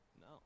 No